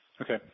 okay